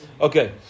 Okay